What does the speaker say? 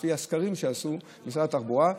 לפי הסקרים שעשה משרד התחבורה,